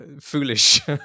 foolish